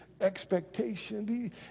expectation